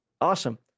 Awesome